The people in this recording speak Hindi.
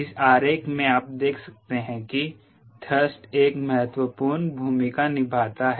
इस आरेख में आप देख सकते हैं कि थ्रस्ट एक महत्वपूर्ण भूमिका निभाता है